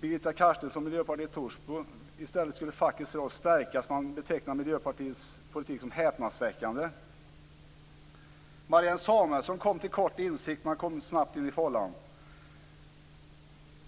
Birgitta Karstensson, Miljöpartiet, Torsby, skriver att fackets roll i stället skulle stärkas. Hon betecknar Miljöpartiets politik som häpnadsväckande. Marianne Samuelsson kom också till insikt, men hon kom snabbt åter in i fållan.